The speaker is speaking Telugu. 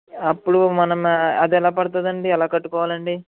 అప్పుడు మనం అదెలా పడుతుందదండి ఎలా కట్టుకోవాలండి